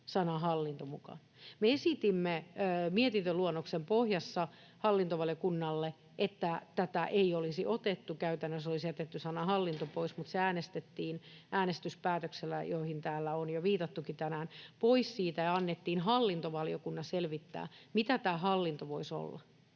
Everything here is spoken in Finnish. Me esitimme luonnoksen pohjassa hallintovaliokunnalle, että tätä ei olisi otettu — käytännössä olisi jätetty sana ”hallinto” pois — mutta se äänestettiin äänestyspäätöksellä, johon täällä on jo viitattukin tänään, pois siitä ja annettiin hallintovaliokunnan selvittää, mitä tämä hallinto voisi olla.